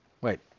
Wait